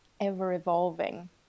ever-evolving